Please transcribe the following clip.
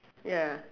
ya